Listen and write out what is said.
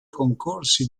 concorsi